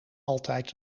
altijd